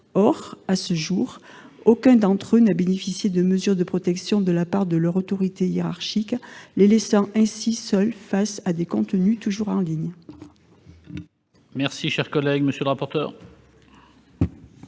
Or, à ce jour, aucun d'entre eux n'a bénéficié de mesures de protection de la part de leur autorité hiérarchique, les laissant ainsi seuls face à des contenus toujours en ligne. Quel est l'avis de la